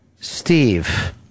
Steve